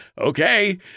okay